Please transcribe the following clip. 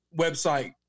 website